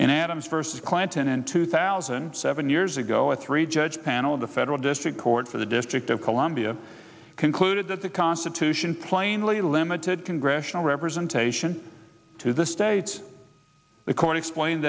and adams versus clinton in two thousand seven years ago a three judge panel of the federal district court for the district of columbia concluded that the constitution plainly limited congressional representation to the states